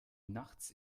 nachts